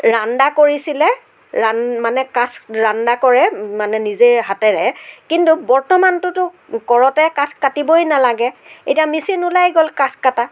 ৰান্দা কৰিছিলে ৰান মানে কাঠ ৰান্দা কৰে মানে নিজেই হাতেৰে কিন্তু বৰ্তমানটোতো কৰতেৰে কাঠ কাটিবই নালাগে এতিয়া মেচিন ওলাই গ'ল কাঠ কটা